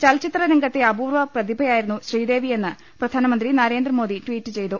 ചലച്ചിത്രരംഗത്തെ അപൂർവ്വപ്രതിഭയായിരുന്നു ശ്രീദേവിയെന്ന് പ്രധാനമന്ത്രി നരേന്ദ്രമോദി ട്വീറ്റ് ചെയ്തു